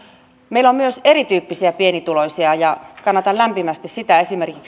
meillä on myös erityyppisiä pienituloisia ja kannatan lämpimästi esimerkiksi sitä